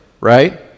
right